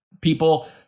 people